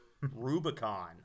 Rubicon